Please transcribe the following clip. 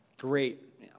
great